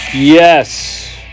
Yes